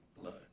blood